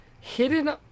hidden